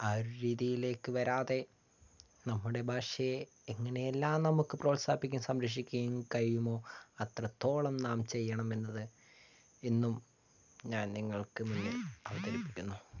ആ ഒരു രീതിയിലേക്ക് വരാതെ നമ്മുടെ ഭാഷയെ എങ്ങനെയെല്ലാം നമുക്ക് പ്രോത്സാഹിപ്പിക്കയും സംരക്ഷിക്കുകയും കഴിയുമോ അത്രത്തോളം നാം ചെയ്യണം എന്നത് ഇന്നും ഞാൻ നിങ്ങൾക്ക് മുമ്പിൽ അവതരിപ്പിക്കുന്നു